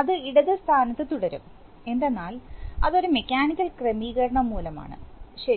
അത് ഇടത് സ്ഥാനത്ത് തുടരും എന്തെന്നാൽ അത് ഒരു മെക്കാനിക്കൽ ക്രമീകരണം മൂലമാണ് ശരി